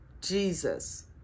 jesus